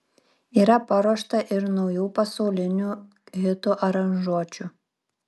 yra paruošta ir naujų pasaulinių hitų aranžuočių